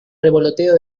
revoloteo